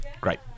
Great